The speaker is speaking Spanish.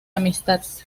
amistad